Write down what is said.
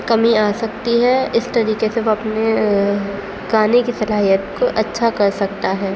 کمی آ سکتی ہے اس طریقے سے وہ اپنے گانے کی صلاحیت کو اچھا کر سکتا ہے